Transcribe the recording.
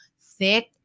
thick